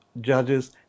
judges